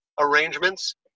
arrangements